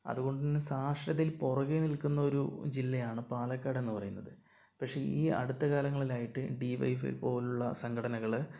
അതുകൊണ്ടുതന്നെ സാക്ഷരതയിൽ പുറകെ നിൽക്കുന്ന ഒരു ജില്ലയാണ് പാലക്കാട് എന്ന് പറയുന്നത് പക്ഷേ ഈ അടുത്ത കാലങ്ങളിലായിട്ട് ഡി വൈ എഫ് ഐ പോലുള്ള സംഘടനകൾ